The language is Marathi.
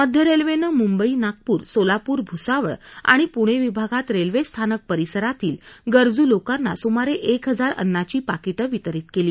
मध्य रेल्वेनं मुंबई नागपूर सोलापूर भुसावळ आणि पुणे विभागात रेल्वे स्थानक परिसरातील गरजू लोकांना सुमारे एक हजार अन्नाची पाकीटं वितरीत केली